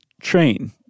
train